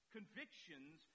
Convictions